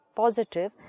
positive